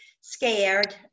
scared